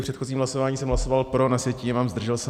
V předchozím hlasování jsem hlasoval pro, na sjetině mám zdržel se.